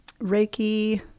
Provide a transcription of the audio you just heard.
Reiki